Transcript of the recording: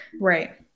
Right